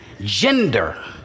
Gender